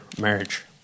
marriage